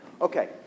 Okay